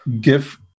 give